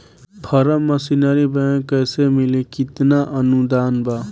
Form machinery bank कैसे मिली कितना अनुदान बा?